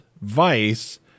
Vice